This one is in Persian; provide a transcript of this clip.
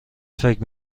فکر